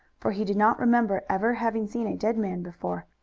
for he did not remember ever having seen a dead man before.